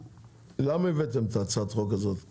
למה הבאתם את הצעת החוק הזאת עכשיו,